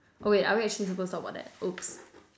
oh wait are we actually supposed to talk about that oops